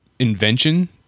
Invention